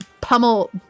pummel